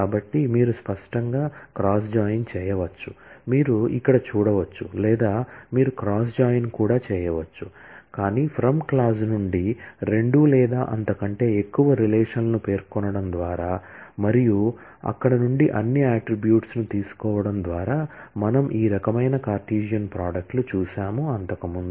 కాబట్టి మీరు స్పష్టంగా క్రాస్ జాయిన్ చేయవచ్చు మీరు ఇక్కడ చూడవచ్చు లేదా మీరు క్రాస్ జాయిన్ కూడా చేయవచ్చు కానీ ఫ్రమ్ క్లాజ్ నుండి రెండు లేదా అంతకంటే ఎక్కువ రిలేషన్ లను పేర్కొనడం ద్వారా మరియు అక్కడ నుండి అన్ని అట్ట్రిబ్యూట్స్ ను తీసుకోవడం ద్వారా మనము ఈ రకమైన కార్టేసియన్ ప్రోడక్ట్ లు చూశాము అంతకుముందు